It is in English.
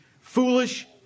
foolish